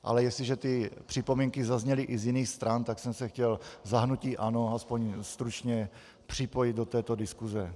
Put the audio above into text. Ale jestliže ty připomínky zazněly i z jiných stran, tak jsem se chtěl za hnutí ANO alespoň stručně připojit do této diskuse.